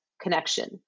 connection